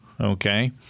okay